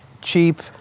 cheap